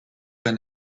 been